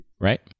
Right